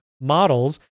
models